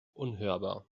unhörbar